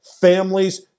families